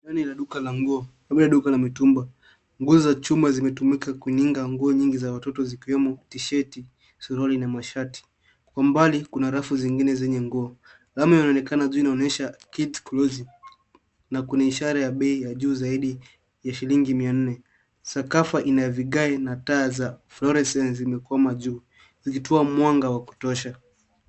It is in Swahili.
Ndani ya duka la nguo, labda duka la mitumba. Nguzo za chuma zimetumika kuninga nguo nyingi za watoto zikiwemo tisheti, suruali na mashati. Kwa mbali, kuna rafu zingine zenye nguo. Alama inayoonekana juu inaonyesha kit closing na kuna ishara ya bei ya juu zaidi ya shilingi mia nne. Sakafu ina vigae na taa za fluorescent zimekwama juu zikitoa mwanga wa kutosha.